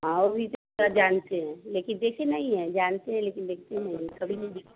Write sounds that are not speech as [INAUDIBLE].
हाँ और [UNINTELLIGIBLE] जानते हैं लेकिन देखे नहीं हैं जानते हैं लेकिन देखते नहीं है कभी नहीं [UNINTELLIGIBLE]